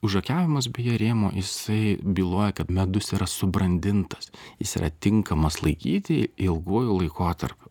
užakiavimas beje rėmo jisai byloja kad medus yra subrandintas jis yra tinkamas laikyti ilguoju laikotarpiu